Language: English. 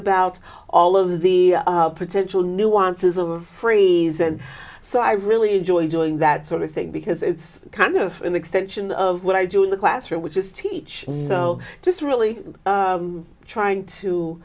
about all of the potential nuances of freeze and so i really enjoy doing that sort of thing because it's kind of an extension of what i do in the classroom which is teach so just really trying to